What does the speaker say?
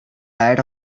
diet